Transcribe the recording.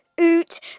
oot